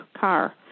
car